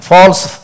False